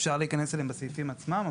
אפשר יהיה להיכנס אליהן בסעיפים עצמם,